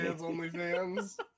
OnlyFans